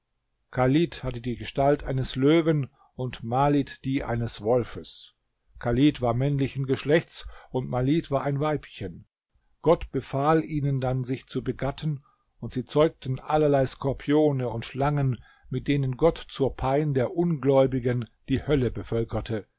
hatte die gestalt eines löwen und malit die eines wolfes chalit war männlichen geschlechts und malit war ein weibchen gott befahl ihnen dann sich zu begatten und sie zeugten allerlei skorpione und schlangen mit denen gott zur pein der ungläubigen die hölle bevölkerte